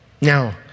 Now